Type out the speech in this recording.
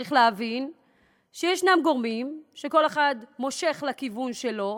צריך להבין שיש גורמים שכל אחד מושך לכיוון שלו,